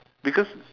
because